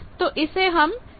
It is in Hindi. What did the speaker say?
तो इसे हम शॉर्ट स्टब कहते हैं